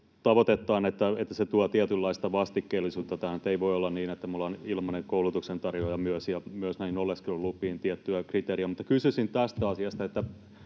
tavoitettaan, että se tuo tietynlaista vastikkeellisuutta tähän — ei voi olla niin, että me ollaan myös ilmainen koulutuksen tarjoaja — ja myös näihin oleskelulupiin tiettyä kriteeriä. Mutta kysyisin tästä asiasta,